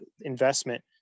investment